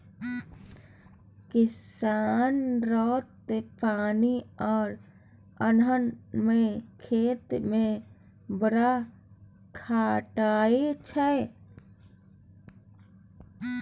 किसान रौद, पानि आ अन्हर मे खेत मे बड़ खटय छै